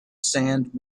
sand